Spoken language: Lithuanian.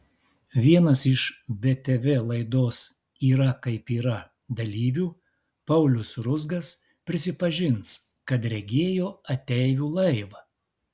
vienas iš btv laidos yra kaip yra dalyvių paulius ruzgas prisipažins kad regėjo ateivių laivą